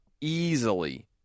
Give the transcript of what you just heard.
easily